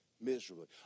miserably